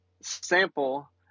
sample